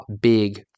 big